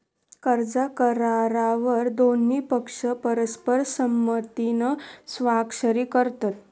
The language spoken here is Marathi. कर्ज करारावर दोन्ही पक्ष परस्पर संमतीन स्वाक्षरी करतत